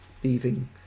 thieving